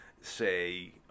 say